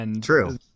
True